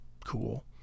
cool